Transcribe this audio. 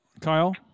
Kyle